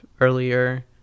earlier